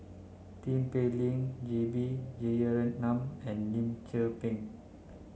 Tin Pei Ling J B Jeyaretnam and Lim Tze Peng